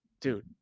Dude